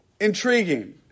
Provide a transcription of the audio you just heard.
intriguing